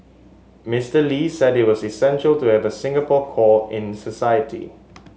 Mister Lee said it was essential to have a Singapore core in society